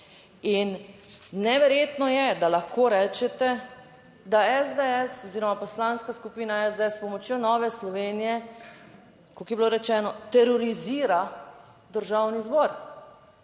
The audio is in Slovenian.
In neverjetno je, da lahko rečete, da SDS oziroma Poslanska skupina SDS s pomočjo Nove Slovenije, kot je bilo rečeno, terorizira Državni zbor,